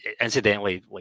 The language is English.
incidentally